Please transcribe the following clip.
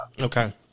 Okay